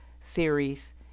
series